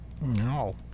No